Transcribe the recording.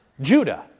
Judah